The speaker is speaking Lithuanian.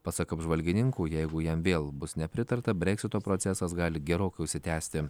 pasak apžvalgininkų jeigu jam vėl bus nepritarta breksito procesas gali gerokai užsitęsti